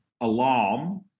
alarm